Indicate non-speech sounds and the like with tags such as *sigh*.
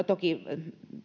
*unintelligible* toki